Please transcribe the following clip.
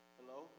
Hello